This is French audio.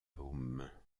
paume